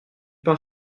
pain